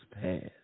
past